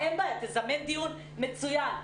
אין בעיה, תזמן דיון, מצוין.